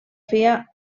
feia